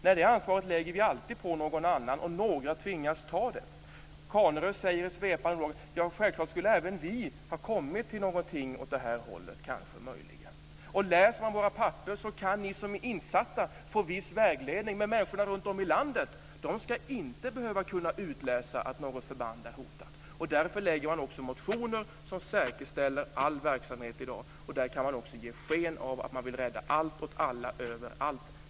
Nej, det ansvaret lägger ni alltid på någon annan, och några tvingas ta det. Carnerö säger i svepande ordalag: Självklart skulle även vi ha kommit till någonting åt det här hållet kanske möjligen. Läser ni våra papper kan ni som är insatta få viss vägledning. Men människorna runtom i landet ska inte behöva utläsa att något förband är hotat. Därför lägger man också motioner som säkerställer all verksamhet i dag. Där kan man ge sken av att man vill rädda allt åt alla överallt.